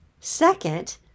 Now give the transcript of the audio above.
Second